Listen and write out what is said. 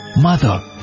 Mother